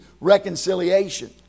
reconciliation